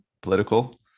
political